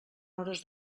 hores